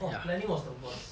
!wah! planning was the worst